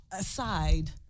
aside